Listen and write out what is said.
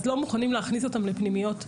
אז לא מוכנים להכניס אותם לפנימיות רגילות,